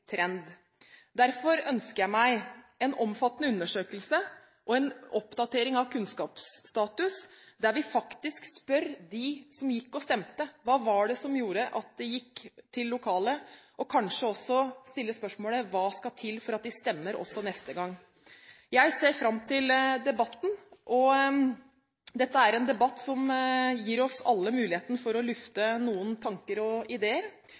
Derfor ønsker jeg meg en omfattende undersøkelse og en oppdatering av kunnskapsstatus, der vi faktisk spør dem som gikk og stemte: Hva var det som gjorde at du gikk til lokalet? Og kanskje også stille spørsmålet: Hva skal til for at du stemmer også neste gang? Jeg ser fram til debatten. Dette er en debatt som gir oss alle muligheten til å lufte noen tanker og ideer.